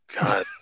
God